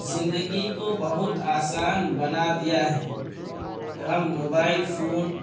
زندگی کو بہت آسان بنا دیا ہے ہم موبائل فون